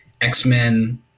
X-Men